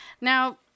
Now